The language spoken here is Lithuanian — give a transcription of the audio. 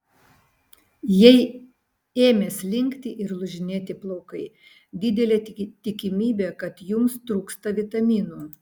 jei ėmė slinkti ir lūžinėti plaukai didelė tikimybė kad jums trūksta vitaminų